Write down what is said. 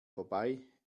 vorbei